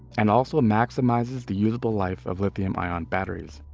and also maximizes the usable life of lithium ion batteries.